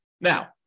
Now